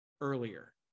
earlier